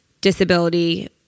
disability